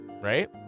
right